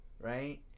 Right